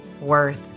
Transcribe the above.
worth